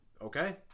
okay